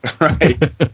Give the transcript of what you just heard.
right